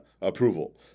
approval